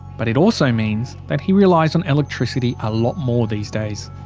but it also means that he relies on electricity a lot more these days.